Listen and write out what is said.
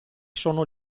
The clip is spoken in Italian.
sono